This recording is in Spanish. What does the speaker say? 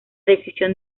decisión